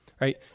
Right